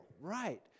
right